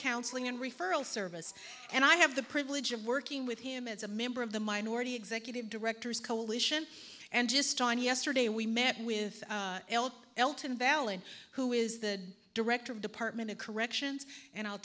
counseling and referral service and i have the privilege of working with him it's a member of the minority executive directors coalition and just on yesterday we met with elton valent who is the director of department of corrections and i'll